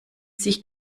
sich